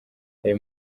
ayo